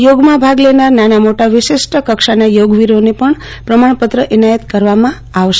યોગામાં ભાગ લેનાર નાના મોટા વિશિષ્ટ કક્ષાના યોગવીરોને પ્રમાણપત્ર પણ એનાયત કરવામાંઆવશે